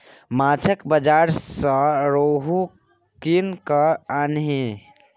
माछक बाजार सँ रोहू कीन कय आनिहे